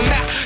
Now